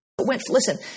Listen